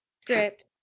Script